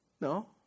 No